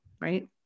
right